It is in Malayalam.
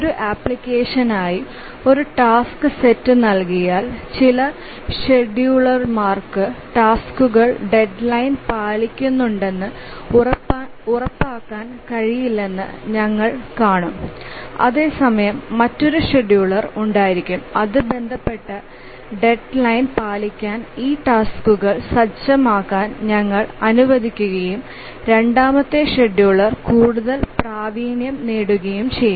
ഒരു ആപ്ലിക്കേഷനായി ഒരു ടാസ്ക് സെറ്റ് നൽകിയാൽ ചില ഷെഡ്യൂളർമാർക്ക് ടാസ്ക്കുകൾ ഡെഡ് ലൈന് പാലിക്കുന്നുണ്ടെന്ന് ഉറപ്പാക്കാൻ കഴിയില്ലെന്ന് ഞങ്ങൾ കാണും അതേസമയം മറ്റൊരു ഷെഡ്യൂളർ ഉണ്ടായിരിക്കാം അത് ബന്ധപ്പെട്ട ഡെഡ് ലൈന് പാലിക്കാൻ ഈ ടാസ്ക്കുകൾ സജ്ജമാക്കാൻ ഞങ്ങളെ അനുവദിക്കുകയും രണ്ടാമത്തെ ഷെഡ്യൂളർ കൂടുതൽ പ്രാവീണ്യം നേടുകയും ചെയ്യും